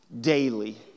daily